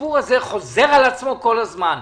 הסיפור הזה חוזר על עצמו כל הזמן.